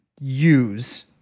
use